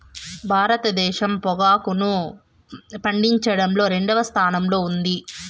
భారతదేశం పొగాకును పండించడంలో రెండవ స్థానంలో ఉంది